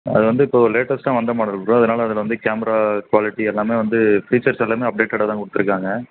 அது வந்து இப்போது லேட்டஸ்ட்டாக வந்த மாடல் ப்ரோ அதனால் அதில் வந்து கேமரா குவாலிட்டி எல்லாமே வந்து ஃபீச்சர்ஸ் எல்லாமே அப்டேட்டடாக தான் கொடுத்துருக்காங்க